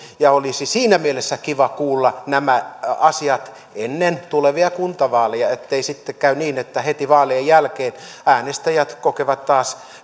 olisi siinä mielessä kiva kuulla nämä asiat ennen tulevia kuntavaaleja ettei sitten käy niin että heti vaalien jälkeen äänestäjät kokevat taas